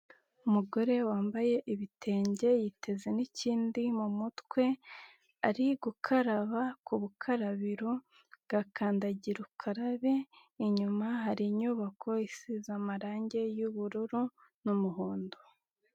Umugore wambaye ibitenge, yiteze n'ikindi mu mutwe, ari gukaraba ku bukarabiro bwa kandagira ukarabe, inyuma hari inyubako isize amarangi y'ubururu n'umuhondo.